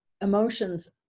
emotions